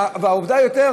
ויותר